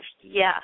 yes